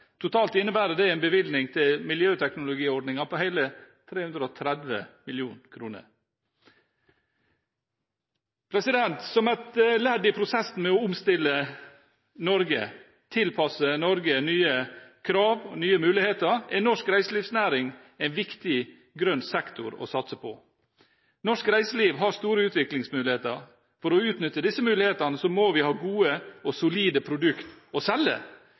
Totalt innebærer det en bevilgning til miljøteknologiordningen på hele 330 mill. kr. Som et ledd i prosessen med å omstille Norge og tilpasse Norge til nye krav og nye muligheter er norsk reiselivsnæring en viktig grønn sektor å satse på. Norsk reiseliv har store utviklingsmuligheter. For å utnytte disse mulighetene må vi ha gode og solide produkter å selge